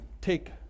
Take